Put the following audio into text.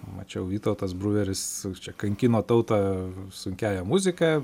mačiau vytautas bruveris čia kankino tautą sunkiąja muzika